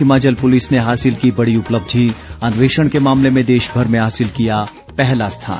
Himachal police ने हासिल की बड़ी उपलब्धि अन्वेषण के मामले में देशभर में हासिल किया पहला स्थान